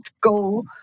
go